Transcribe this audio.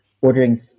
ordering